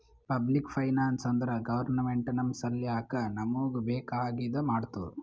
public finance ಅಂದುರ್ government ನಮ್ ಸಲ್ಯಾಕ್ ನಮೂಗ್ ಬೇಕ್ ಆಗಿದ ಮಾಡ್ತುದ್